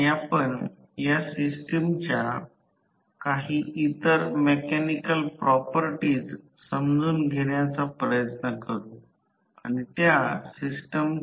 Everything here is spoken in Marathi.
तर हे आउटपुट 170 आहे आणि हे माझे कॉपर लॉस आहे आणि उर्जेच्या दृष्टीने ही ऊर्जा आहे